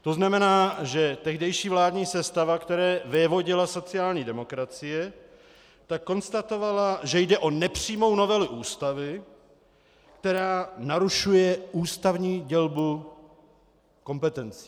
To znamená, že tehdejší vládní sestava, které vévodila sociální demokracie, konstatovala, že jde o nepřímou novelu Ústavy, která narušuje ústavní dělbu kompetencí.